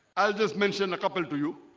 i'll just mention a couple to you